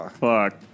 Fuck